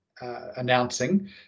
announcing